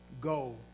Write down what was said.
Go